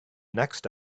next